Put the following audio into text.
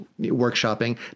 workshopping